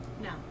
no